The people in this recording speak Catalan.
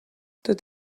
tot